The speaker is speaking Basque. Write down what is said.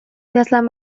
idazlan